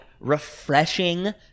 refreshing